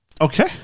Okay